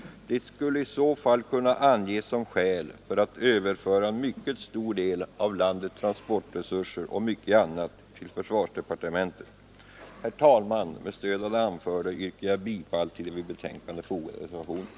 Det skulle i så fall kunna anges som skäl för att överföra en mycket stor del av landets transportresurser och mycket annat till försvarsdepartementet. Herr talman! Med stöd av det anförda yrkar jag bifall till den vid betänkandet fogade reservationen.